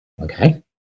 okay